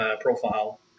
profile